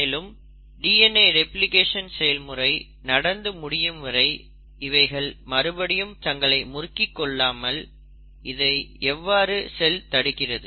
மேலும் DNA replication செயல்முறை நடந்து முடியும் வரை இவைகள் மறுபடியும் தங்களை முறுக்கிக் கொள்ளாமல் இதை எவ்வாறு செல் தடுக்கிறது